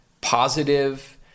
positive